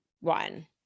one